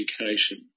education